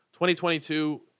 2022